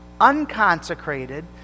unconsecrated